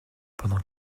pendant